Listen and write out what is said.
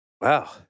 Wow